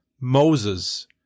Moses